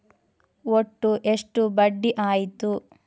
ಒಟ್ಟು ಎಷ್ಟು ಬಡ್ಡಿ ಆಯಿತು?